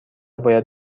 باید